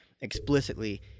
explicitly